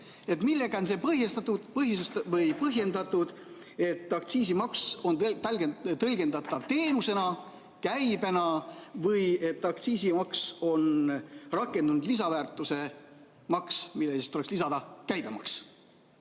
Millega on see põhjendatud, et aktsiisimaks on tõlgendatav teenusena, käibena või et aktsiisimaks on rakendunud lisaväärtuse maks, millele tuleb lisada käibemaks?